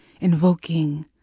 invoking